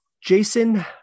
jason